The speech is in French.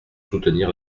soutenir